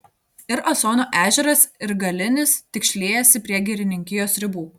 ir asono ežeras ir galinis tik šliejasi prie girininkijos ribų